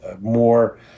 more